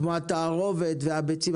כמו התערובת והביצים,